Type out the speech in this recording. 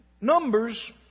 Numbers